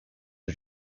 are